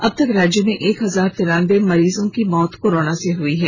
अब तक राज्य में एक हजार तिरानबे मरीज की मौत कोरोना से हुई हैं